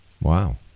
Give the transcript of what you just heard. Wow